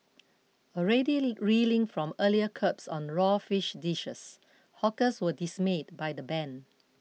already reeling from earlier curbs on raw fish dishes hawkers were dismayed by the ban